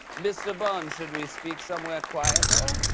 mr. bond, should we speak somewhere quieter?